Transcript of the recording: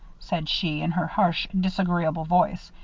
said she, in her harsh, disagreeable voice,